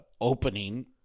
opening